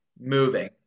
moving